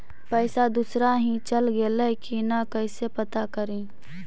पैसा दुसरा ही चल गेलै की न कैसे पता करि?